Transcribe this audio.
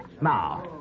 Now